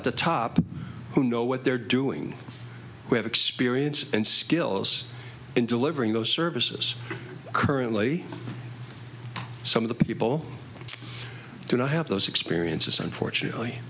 at the top who know what they're doing who have experience and skills in delivering those services currently some of the people do not have those experiences unfortunately